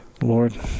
Lord